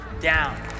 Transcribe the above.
down